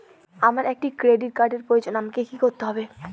আমার একটি ক্রেডিট কার্ডের প্রয়োজন আমাকে কি করতে হবে?